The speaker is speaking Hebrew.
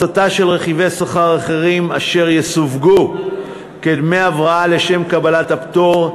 הסטה של רכיבי שכר אחרים אשר יסווגו כדמי הבראה לשם קבלת הפטור,